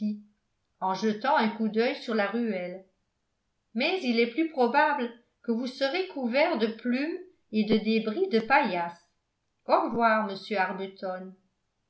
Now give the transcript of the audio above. en jetant un coup d'œil sur la ruelle mais il est plus probable que vous serez couverts de plumes et de débris de paillasses au revoir monsieur